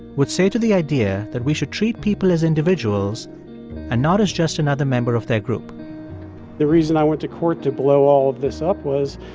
would say to the idea that we should treat people as individuals and not as just another member of their group the reason i went to court to blow all of this up was,